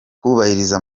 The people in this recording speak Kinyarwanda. kubahiriza